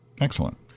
Excellent